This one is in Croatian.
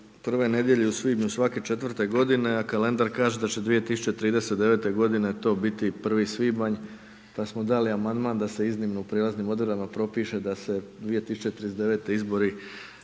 prve nedjelje u svibnju svake četvrte godine, a kalendar kaže da će 2039. godine to biti 01. svibanj, pa smo dali amandman da se iznimno u prijelaznim odredbama propiše da se 2039. izbori